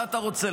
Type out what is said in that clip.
מה אתה רוצה,